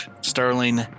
Sterling